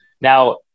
now